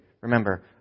Remember